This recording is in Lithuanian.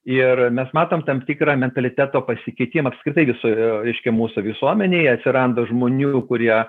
ir mes matom tam tikrą mentaliteto pasikeitimą apskritai visoje reiškia mūsų visuomenėje atsiranda žmonių kurie